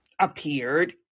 appeared